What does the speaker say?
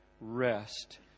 rest